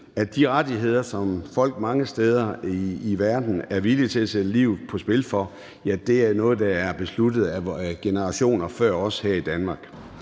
at de rettigheder, som folk mange steder i verden er villige til at sætte livet på spil for, er noget, der er besluttet af generationer før os her i Danmark.